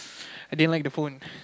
I didn't like the phone